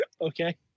okay